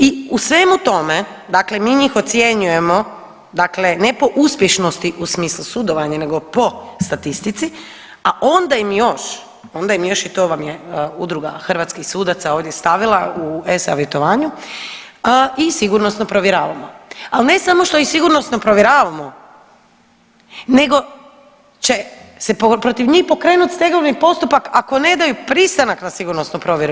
I u svemu tome dakle mi njih ocjenjujemo ne po uspješnosti u smislu sudovanja nego po statistici, a onda im još i to vam je to Udruga hrvatskih sudaca ovdje stavila u e-Savjetovanju i sigurnosno provjeravamo, ali ne samo što ih sigurnosno provjeravamo nego će se protiv njih pokrenuti stegovni postupak ako ne daju pristanak na sigurnosnu provjeru.